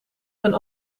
een